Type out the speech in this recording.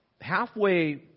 halfway